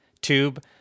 Tube